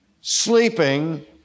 sleeping